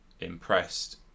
impressed